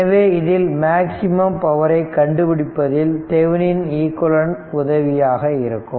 எனவே இதில் மேக்ஸிமம் பவரை கண்டுபிடிப்பதில் தெவனின் ஈக்விவலெண்ட் உதவியாக இருக்கும்